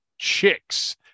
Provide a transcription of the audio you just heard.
chicks